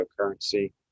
cryptocurrency